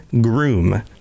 groom